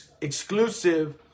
exclusive